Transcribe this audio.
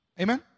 Amen